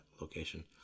location